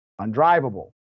undrivable